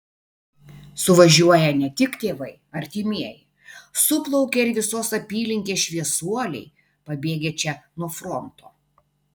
suvažiuoja ne tik tėvai artimieji suplaukia ir visos apylinkės šviesuoliai pabėgę čia nuo fronto